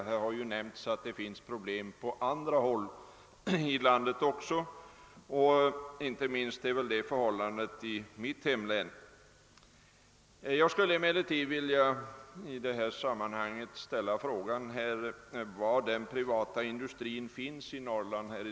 Som här har nämnts finns det även problem på andra håll i landet. Inte minst är det förhållandet i mitt hemlän. Jag skulle emellertid i detta sammanhang vilja ställa frågan var i Norrland den privata industrin finns.